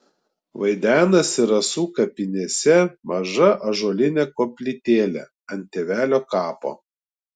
vaidenasi rasų kapinėse maža ąžuolinė koplytėlė ant tėvelio kapo